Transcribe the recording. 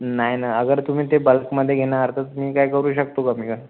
नाही ना अगर तुम्ही ते बल्कमध्ये घेणार तर मी काही करू शकतो कमी त्यात